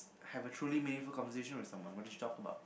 have a truly meaningful conversation with someone what did you talk about